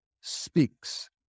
speaks